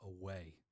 away